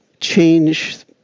change